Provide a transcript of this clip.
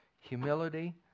humility